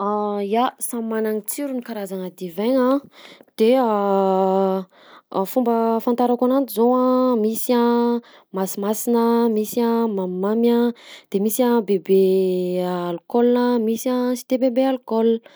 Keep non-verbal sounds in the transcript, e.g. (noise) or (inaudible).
(hesitation) Ya, samy magnana ny tsirony karazagna divaigna, de (hesitation) fomba ahafantarako ananjy zao a: misy a masimasina, misy a mamimamy a, de misy a bebe (hesitation) alcool, misy a sy de bebe alcool.